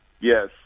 Yes